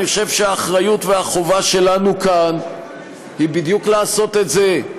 אני חושב שהאחריות והחובה שלנו כאן היא בדיוק לעשות את זה: